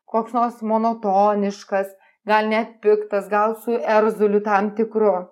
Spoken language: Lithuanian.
koks nors monotoniškas gal net piktas gal su erzuliu tam tikru